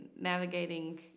navigating